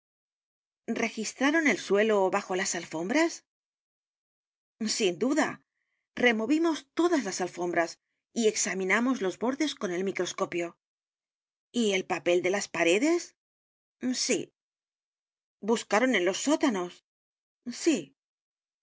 registraron el suelo bajo las alfombras sin duda removimos todas las alfombras y examinamos los bordes con el microscopio y el papel de las paredes sí buscaron en los sótanos sí